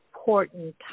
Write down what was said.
important